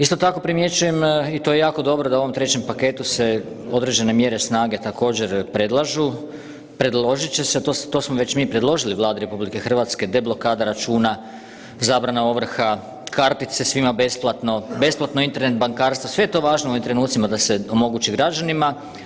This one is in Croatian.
Isto tako primjećujem i to je jako dobro da u ovom trećem paketu se određene mjere snage također predlažu, predložit će se to smo već mi predložili Vladi RH deblokada računa, zabrana ovrha, kartice svima besplatno, besplatno Internet bankarstvo, sve je to važno u ovim trenucima da se omogući građanima.